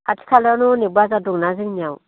खाथि खालायावनो हनै बाजार दंना जोंनियाव